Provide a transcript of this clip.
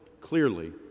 clearly